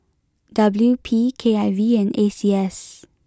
W P K I V and A C S